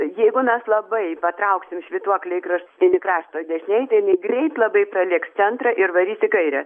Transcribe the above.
jeigu mes labai patrauksim švytuoklę į kraštutinį kraštą dešinėj tai jai greitai labai paliks centrą ir varys į kairę